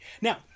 Now